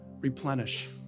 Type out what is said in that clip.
replenish